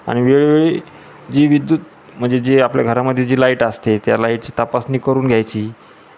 आणि वेळोवेळी जी विद्युत म्हणजे जे आपल्या घरामध्ये जी लाईट असते त्या लाईटची तपासणी करून घ्यायची